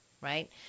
right